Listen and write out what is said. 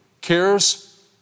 Cares